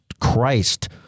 Christ